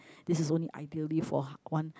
this is only ideally for one